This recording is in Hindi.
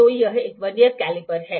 तो यह एक वर्नियर कैलिपर है